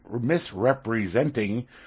misrepresenting